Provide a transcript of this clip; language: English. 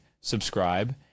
subscribe